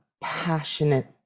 passionate